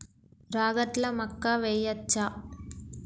రాగట్ల మక్కా వెయ్యచ్చా?